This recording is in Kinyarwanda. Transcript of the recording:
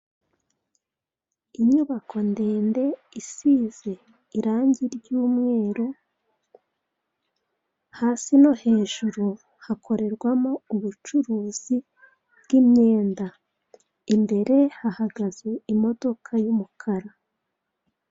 Inyubako ndende isize irangi ry'umweru; hasi no hejuru hakorerwamo ubucuruzi bw'imyenda, imbere hahagaze imodoka y'umukara.